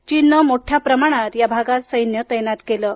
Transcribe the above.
चीननं मोठ्या प्रमाणात या भागात सैन्य तैनात केलं आहे